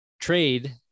trade